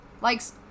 likes